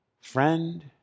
friend